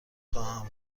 خواهم